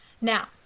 Now